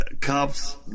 cops